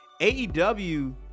aew